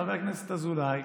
חבר הכנסת אזולאי,